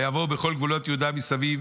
ויעבור בכל גבולות יהודה מסביב